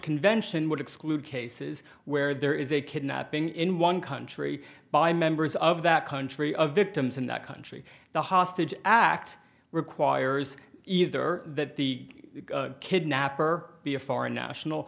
convention would exclude cases where there is a kidnapping in one country by members of that country of victims in that country the hostage act requires either that the kidnapper be a foreign national